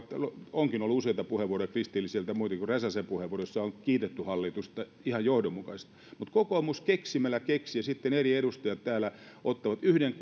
onkin ollut useita puheenvuoroja kristillisiltä muitakin kuin räsäsen puheenvuoroja joissa on kiitetty hallitusta ihan johdonmukaista mutta kokoomus keksimällä keksii ja sitten eri edustajat täällä ottavat yhden